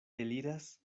eliras